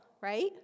right